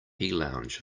lounge